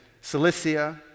Cilicia